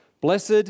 Blessed